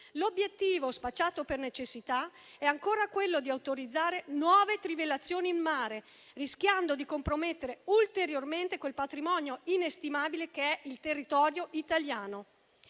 L'obiettivo, spacciato per necessità, è ancora quello di autorizzare nuove trivellazioni in mare, rischiando di compromettere ulteriormente quel patrimonio inestimabile che è il territorio italiano.